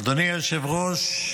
אדוני היושב-ראש,